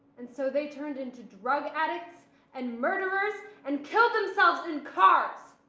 and so, they turned into drug addicts and murderers and killed themselves in cars.